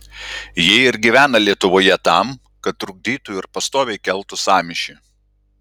jie ir gyvena lietuvoje tam kad trukdytų ir pastoviai keltų sąmyšį